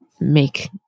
make